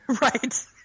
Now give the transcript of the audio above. Right